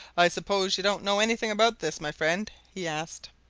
i suppose you don't know anything about this, my friend? he asked.